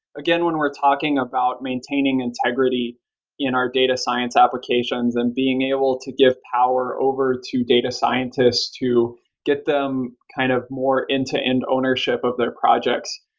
again, when we're talking talking about maintain integrity in our data science applications and being able to give power over to data scientists to get them kind of more end to end ownership of their projects,